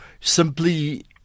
simply